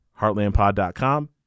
heartlandpod.com